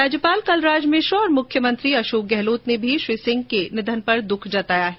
राज्यपाल कलराज मिश्र और मुख्यमंत्री अशोक गहलोत ने भी श्री सिंह के निघन पर दुख जताया है